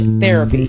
therapy